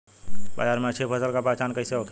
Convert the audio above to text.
बाजार में अच्छी फसल का पहचान कैसे होखेला?